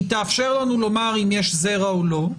היא תאפשר לנו לומר אם יש זרע או לא,